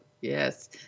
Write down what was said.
Yes